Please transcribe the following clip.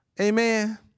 amen